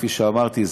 כפי שאמרתי,